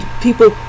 people